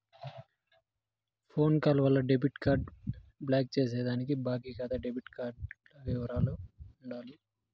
phone call వల్ల debit card block చేసేదానికి బాంకీ కాతా డెబిట్ కార్డుల ఇవరాలు ఉండాల